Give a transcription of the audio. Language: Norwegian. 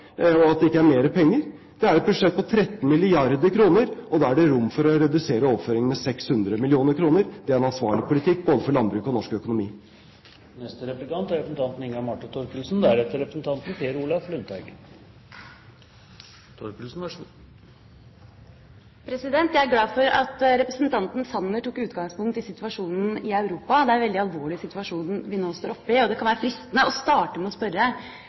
tom. Det er ikke slik at man betalte ut alt 1. januar, og at det ikke er mer penger igjen. Det er et budsjett på 13 mrd. kr, og da er det rom for å redusere overføringene med 600 mill. kr. Det er en ansvarlig politikk, både for landbruket og for norsk økonomi. Jeg er glad for at representanten Sanner tok utgangspunkt i situasjonen i Europa. Det er en veldig alvorlig situasjon vi nå står oppe i. Det kan være fristende å starte med å spørre